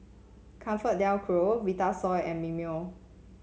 ComfortDelGro Vitasoy and Mimeo